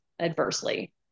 adversely